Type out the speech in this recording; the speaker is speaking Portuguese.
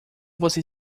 você